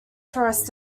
tourist